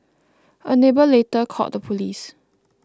a neighbour later called the police